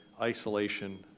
isolation